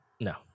No